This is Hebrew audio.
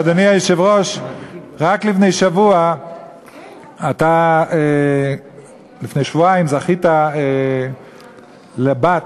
ואדוני היושב-ראש, רק לפני שבועיים אתה זכית לבת